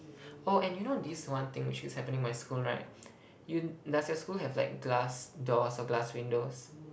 oh and you know this one thing which is happening in my school right you does your school have like glass doors or glass windows